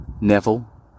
Neville